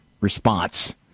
response